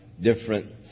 different